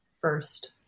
first